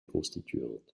constituante